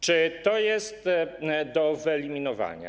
Czy to jest do wyeliminowania?